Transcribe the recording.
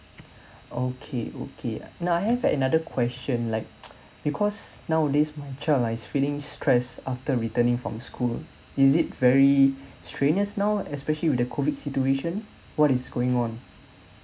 okay okay now I have another question like because nowadays my child like feeling stress after returning from school is it very strenuous now especially with the COVID situation what is going on